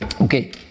Okay